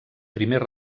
primer